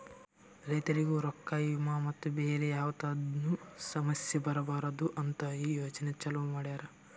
ರೈತುರಿಗ್ ರೊಕ್ಕಾ, ವಿಮಾ ಮತ್ತ ಬ್ಯಾರೆ ಯಾವದ್ನು ಸಮಸ್ಯ ಬರಬಾರದು ಅಂತ್ ಈ ಯೋಜನೆ ಚಾಲೂ ಮಾಡ್ಯಾರ್